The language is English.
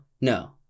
No